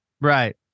Right